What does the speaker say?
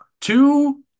Two